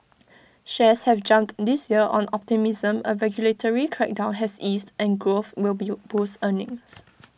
shares have jumped this year on optimism A regulatory crackdown has eased and growth will be boost earnings